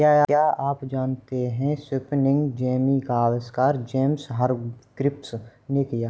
क्या आप जानते है स्पिनिंग जेनी का आविष्कार जेम्स हरग्रीव्ज ने किया?